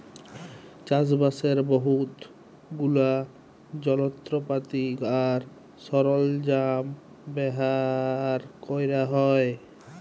চাষবাসের বহুত গুলা যলত্রপাতি আর সরল্জাম ব্যাভার ক্যরা হ্যয়